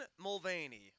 Mulvaney